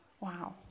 Wow